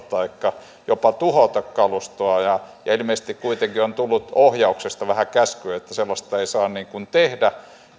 taikka jopa tuhota kalustoa ilmeisesti kuitenkin on tullut ohjauksesta vähän käskyä että sellaista ei saa tehdä